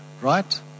right